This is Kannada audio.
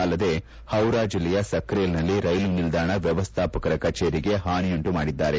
ಅಲ್ಲದೆ ಹೌರಾ ಜಿಲ್ಲೆಯ ಸಂಕ್ರೇಲ್ನಲ್ಲಿ ರೈಲು ನಿಲ್ದಾಣ ವ್ಯವಸ್ಥಾಪಕರ ಕಚೇರಿಗೆ ಪಾನಿಯುಂಟು ಮಾಡಿದ್ದಾರೆ